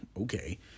okay